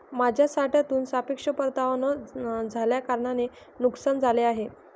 माझ्या साठ्यातून सापेक्ष परतावा न झाल्याकारणाने नुकसान झाले आहे